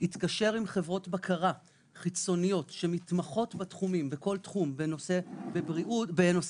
התקשר עם חברות בקרה חיצוניות שמתמחות בכל תחום בנושא המטבחים.